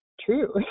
true